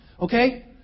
Okay